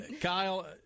Kyle